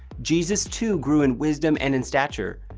jesus too grew in wisdom and in stature.